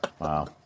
Wow